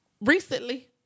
recently